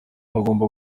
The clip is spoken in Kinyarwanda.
hagomba